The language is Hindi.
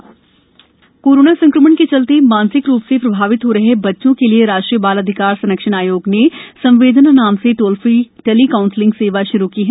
संवेदना सेवा कोरोना संक्रमण के चलते मानसिक रूप से प्रभावित हो रहे बच्चों के लिए राष्ट्रीय बाल अधिकार संरक्षण आयोग ने संवेदना नाम से टोल फ्री टेली काउंसलिंग सेवा श्रू की है